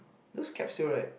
those capsule right